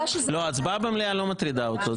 הצבעה במליאה לא מטרידה אותו,